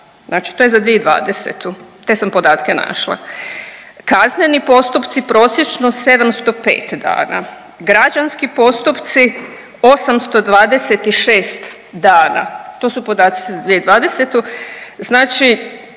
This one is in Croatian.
Znači to je za 2020. Te sam podatke našla. Kazneni postupci prosječno 705 dana, građanski postupci 826 dana. To su podaci za 2020. Znači